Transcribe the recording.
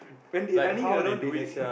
when they running around they like